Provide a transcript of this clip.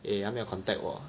eh 他没有 contact 我